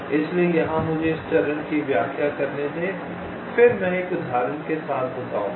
इसलिए यहाँ मुझे इस चरण की व्याख्या करने दें फिर मैं एक उदाहरण के साथ बताऊंगा